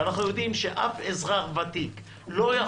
ואנחנו יודעים שאף אזרח ותיק לא יכול